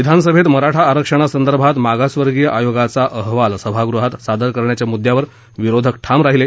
विधानसभेत मराठा आरक्षणासंदर्भात मागासवर्गीय आयोगाचा अहवाल सभागृहात सादर करण्याच्या मुद्यावर विरोधक ठाम राहीले